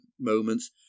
moments